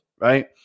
right